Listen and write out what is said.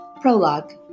Prologue